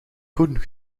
koen